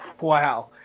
wow